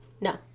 no